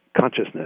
consciousness